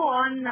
on